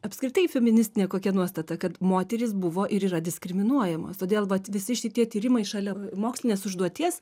apskritai feministinė kokia nuostata kad moterys buvo ir yra diskriminuojamos todėl vat visi šitie tyrimai šalia mokslinės užduoties